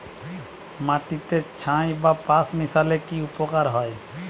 মাটিতে ছাই বা পাঁশ মিশালে কি উপকার হয়?